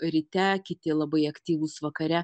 ryte kiti labai aktyvūs vakare